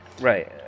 Right